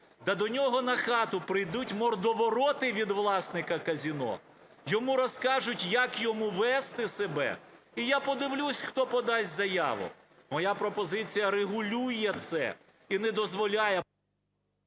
Та до нього на хату прийдуть мордовороти від власника казино, йому розкажуть, як йому вести себе, і я подивлюсь, хто подасть заяву. Моя пропозиція регулює це і не дозволяє…